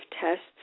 tests